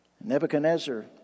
Nebuchadnezzar